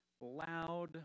loud